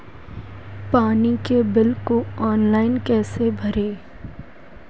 पानी के बिल को ऑनलाइन कैसे भरें?